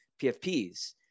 PFPs